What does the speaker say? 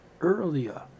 earlier